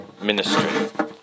ministry